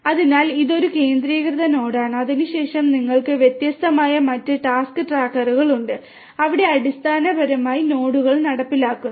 അതിനാൽ ഇതൊരു കേന്ദ്രീകൃത നോഡാണ് അതിനുശേഷം നിങ്ങൾക്ക് വ്യത്യസ്തമായ മറ്റ് ടാസ്ക് ട്രാക്കറുകൾ ഉണ്ട് അവ അടിസ്ഥാനപരമായി ഡാറ്റ നോഡുകളിൽ നടപ്പിലാക്കുന്നു